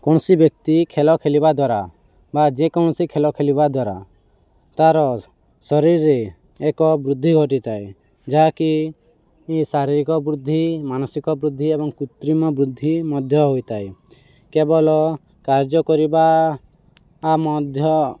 କୌଣସି ବ୍ୟକ୍ତି ଖେଳ ଖେଳିବା ଦ୍ୱାରା ବା ଯେକୌଣସି ଖେଳ ଖେଳିବା ଦ୍ୱାରା ତାର ଶରୀରରେ ଏକ ବୃଦ୍ଧି ଘଟିଥାଏ ଯାହାକି ଶାରୀରିକ ବୃଦ୍ଧି ମାନସିକ ବୃଦ୍ଧି ଏବଂ କୃତ୍ରିମ ବୃଦ୍ଧି ମଧ୍ୟ ହୋଇଥାଏ କେବଳ କାର୍ଯ୍ୟ କରିବା ମଧ୍ୟ